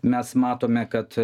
mes matome kad